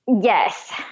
Yes